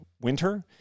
winter